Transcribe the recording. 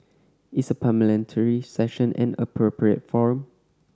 is a Parliamentary Session an appropriate forum